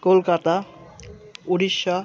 Kolkata Orissa